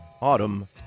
autumn